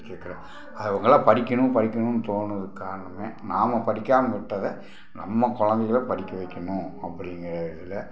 படிச்சிருக்குது அவங்களா படிக்கணும் படிக்கணுன் தோணுதுக்கு காரணமே நாம் படிக்காமல் விட்டதை நம்ம கொழந்தைங்கள படிக்க வைக்கணும் அப்படிங்குற இதில்